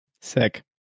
Sick